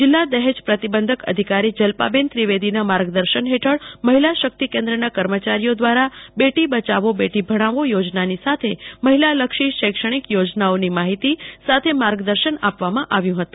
જિલ્લા દહેજ પ્રતિબંધક અધિકારી જલ્પાબેન ત્રિવેદીના માર્ગદર્શન હેઠળ મહિલા શક્તિ કેન્દ્રના કર્મચારીઓ દ્વારા બેટી બચાવો બેટી ભણાવો યોજનાની સાથે મહિલાલક્ષી શૈક્ષણિક યોજનાઓની માહિતી સાથે માર્ગદર્શન આપવામાં આવ્યું હતું